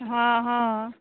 हँ हँ